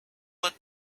want